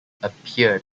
appeared